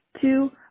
two